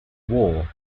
war